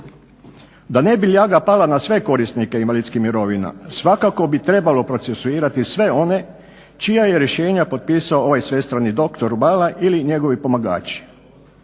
Da ne bi ljaga pala na sve korisnike invalidskih mirovina svakako bi trebalo procesuirati sve one čija je rješenja potpisao ovaj svestrani dr. Rubala ili njegovi pomagači.